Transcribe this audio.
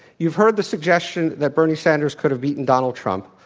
you've heard the suggestion that bernie sanders could have beaten donald trump.